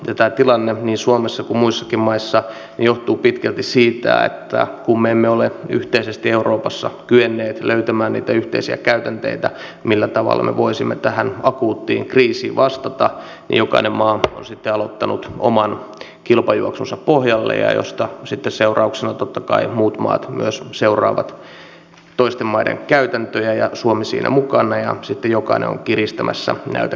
tämä tilanne niin suomessa kuin muissakin maissa johtuu pitkälti siitä että kun me emme ole yhteisesti euroopassa kyenneet löytämään niitä yhteisiä käytänteitä millä tavalla me voisimme tähän akuuttiin kriisiin vastata niin jokainen maa on sitten aloittanut oman kilpajuoksunsa pohjalle mistä sitten seurauksena totta kai muut maat myös seuraavat toisten maiden käytäntöjä ja suomi siinä mukana ja sitten jokainen on kiristämässä näitä käytänteitään